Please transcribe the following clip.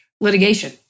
litigation